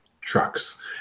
trucks